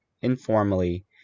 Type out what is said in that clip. informally